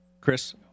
Chris